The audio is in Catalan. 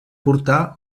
portar